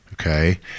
Okay